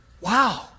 wow